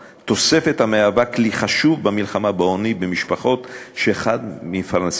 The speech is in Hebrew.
תוספת המהווה כלי חשוב במלחמה בעוני במשפחות שאחד ממפרנסיה נכה: